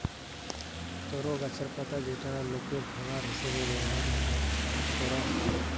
তরো গাছের পাতা যেটা লোকের খাবার হিসাবে ব্যভার কোরা হচ্ছে